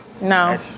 No